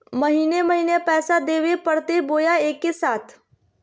महीने महीने पैसा देवे परते बोया एके साथ?